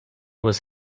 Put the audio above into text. was